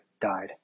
died